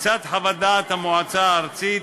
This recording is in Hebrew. בצד חוות דעת המועצה הארצית,